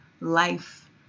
life